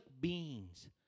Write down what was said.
beings